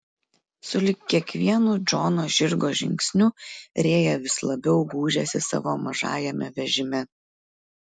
sulig kiekvienu džono žirgo žingsniu rėja vis labiau gūžėsi savo mažajame vežime